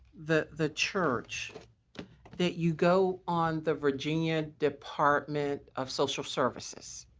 the the church that you go on the virginia department of social services,